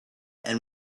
and